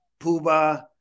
Puba